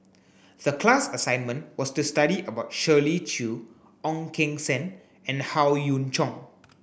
the class assignment was to study about Shirley Chew Ong Keng Sen and Howe Yoon Chong